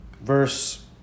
Verse